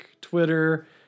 Twitter